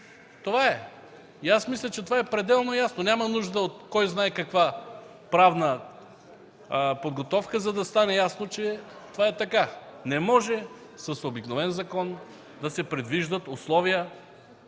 Това е. Мисля, че това е пределно ясно. Няма нужда от кой знае каква правна подготовка, за да стане ясно, че това е така. Не може с обикновен закон да се предвиждат условия,